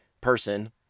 person